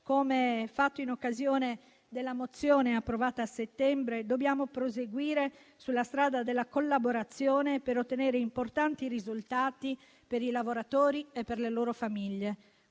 Come fatto in occasione della mozione approvata a settembre, dobbiamo proseguire sulla strada della collaborazione per ottenere importanti risultati per i lavoratori e le loro famiglie.